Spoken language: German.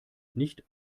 nicht